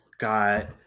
got